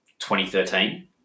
2013